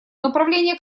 направление